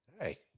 Hey